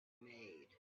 made